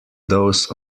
dose